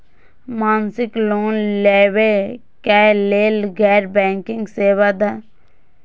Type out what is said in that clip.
मासिक लोन लैवा कै लैल गैर बैंकिंग सेवा द?